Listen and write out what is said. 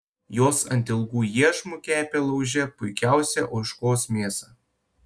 jos ant ilgų iešmų kepė lauže puikiausią ožkos mėsą